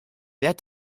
wert